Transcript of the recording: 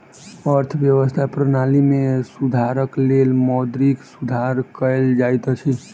अर्थव्यवस्था प्रणाली में सुधारक लेल मौद्रिक सुधार कयल जाइत अछि